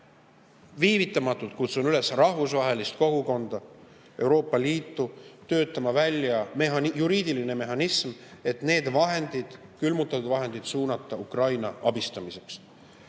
varasid. Kutsun üles rahvusvahelist kogukonda, Euroopa Liitu viivitamatult töötama välja juriidiline mehhanism, et need vahendid, külmutatud vahendid suunata Ukraina abistamiseks.